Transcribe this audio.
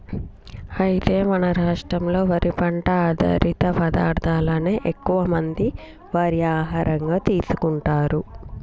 అయితే మన రాష్ట్రంలో వరి పంట ఆధారిత పదార్థాలనే ఎక్కువ మంది వారి ఆహారంగా తీసుకుంటారు